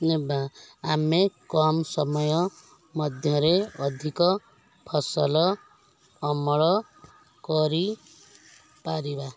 ନେବା ଆମେ କମ ସମୟ ମଧ୍ୟରେ ଅଧିକ ଫସଲ ଅମଳ କରି ପାରିବା